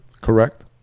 correct